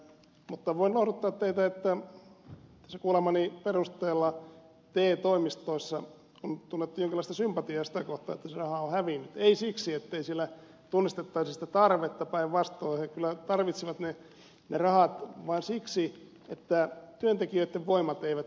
mutta voin lohduttaa teitä että tässä kuulemani perusteella te toimistoissa on tunnettu jonkinlaista sympatiaa sitä kohtaan että se raha on hävinnyt ei siksi ettei siellä tunnistettaisi sitä tarvetta päinvastoin he kyllä tarvitsevat ne rahat vaan siksi että työntekijöitten voimat eivät enää riitä